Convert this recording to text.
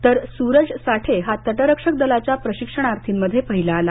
तर सुरज साठे हा तट रक्षक दलाच्या प्रशिक्षणार्थींमध्ये पहिला आला